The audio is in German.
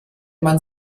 man